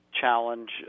challenge